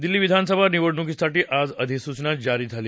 दिल्ली विधानसभा निवडणुकीसाठी आज अधिसूचना जारी झाली